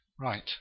Right